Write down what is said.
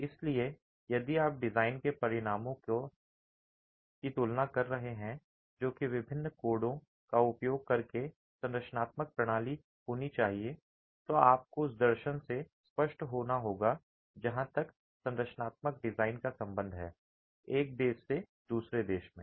इसलिए यदि आप डिज़ाइन के परिणामों की तुलना कर रहे हैं जो कि विभिन्न कोडों का उपयोग करके संरचनात्मक प्रणाली होनी चाहिए तो आपको उस दर्शन से स्पष्ट होना होगा जहाँ तक संरचनात्मक डिज़ाइन का संबंध है एक देश से दूसरे देश में